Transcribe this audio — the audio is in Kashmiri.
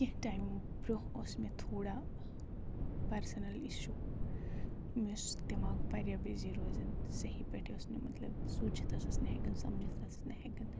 کیٚنٛہ ٹایم بروٚنٛہہ اوس مےٚ تھوڑا پرسنل اِشٗو مےٚ اوس دٮ۪ماغ واریاہ بِزی روزان صحیٖح پٲٹھۍ اوس نہٕ مطلب سوٗنچِتھ ٲسٕس نٕہ ہؠکان سَمجِتھ ٲسٕس نٕہ ہؠکان